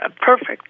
perfect